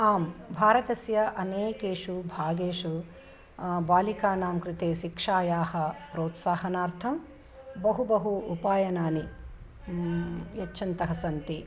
आम् भारतस्य अनेकेषु भागेषु बालिकानां कृते शिक्षायाः प्रोत्साहनार्थं बहु बहु उपायनानि यच्छन्तः सन्ति